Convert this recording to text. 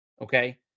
okay